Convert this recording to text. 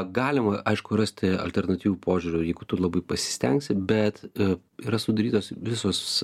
galima aišku rasti alternatyvių požiūrių jeigu tu labai pasistengsi bet yra sudarytos visos